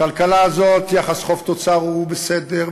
בכלכלה הזאת יחס חוב תוצר הוא בסדר,